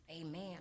Amen